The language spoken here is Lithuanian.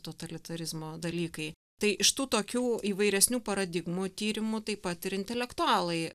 totalitarizmo dalykai tai iš tų tokių įvairesnių paradigmų tyrimų taip pat ir intelektualai